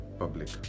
public